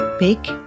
Big